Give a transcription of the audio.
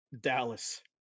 Dallas